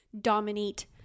dominate